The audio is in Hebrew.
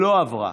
לא עברה.